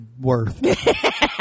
worth